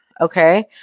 Okay